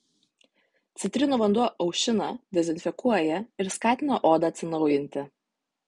citrinų vanduo aušina dezinfekuoja ir skatina odą atsinaujinti